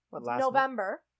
November